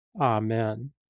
Amen